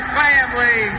family